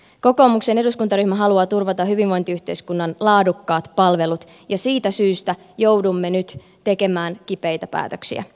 kokoomuksen eduskuntaryhmä haluaa turvata hyvinvointiyhteiskunnan laadukkaat palvelut ja siitä syystä joudumme nyt tekemään kipeitä päätöksiä